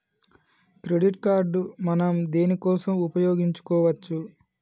Credit card మనం దేనికోసం ఉపయోగించుకోవచ్చు?